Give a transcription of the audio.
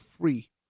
free